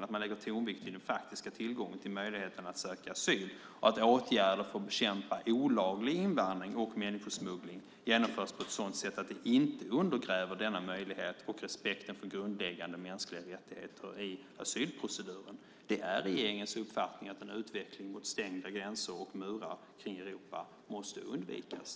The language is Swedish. att man lägger tonvikten på den faktiska tillgången till möjligheten att söka asyl. Åtgärder för att bekämpa olaglig invandring och människosmuggling ska genomföras på ett sådant sätt att de inte undergräver denna möjlighet och respekten för grundläggande mänskliga rättigheter i asylproceduren. Det är regeringens uppfattning att en utveckling mot stängda gränser och murar kring Europa måste undvikas.